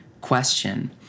question